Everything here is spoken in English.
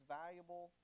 valuable